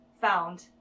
found